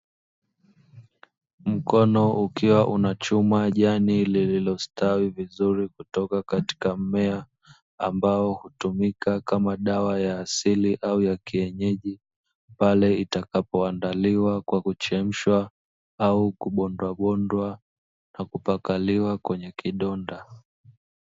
Mkono ukiwa unachuma jani lililostawi vizuri kutoka katika mmea, ambao hutumika kama dawa ya asili au ya kienyeji, pale itakapoandaliwa kwa kuchemshwa au kubondwabondwa na kupakaliwa kwenye kidonda.